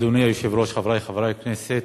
אדוני היושב-ראש, חברי חברי הכנסת,